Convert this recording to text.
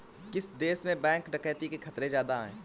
किस देश में बैंक डकैती के खतरे ज्यादा हैं?